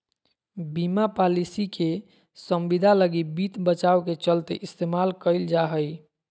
बीमा पालिसी के संविदा लगी वित्त बचाव के चलते इस्तेमाल कईल जा हइ